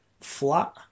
flat